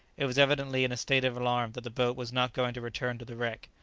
it was evidently in a state of alarm that the boat was not going to return to the wreck.